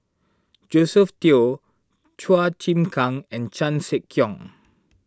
Josephine Teo Chua Chim Kang and Chan Sek Keong